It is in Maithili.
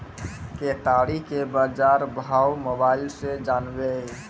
केताड़ी के बाजार भाव मोबाइल से जानवे?